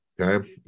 okay